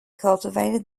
cultivated